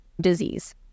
disease